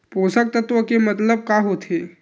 पोषक तत्व के मतलब का होथे?